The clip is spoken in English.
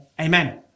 amen